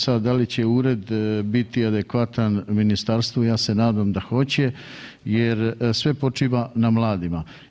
Sad da li će ured biti adekvatan ministarstvu ja se nadam da hoće jer sve počiva na mladima.